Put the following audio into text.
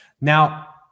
Now